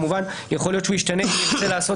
כמובן יכול להיות שהוא ישתנה כי נרצה לעשות